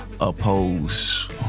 oppose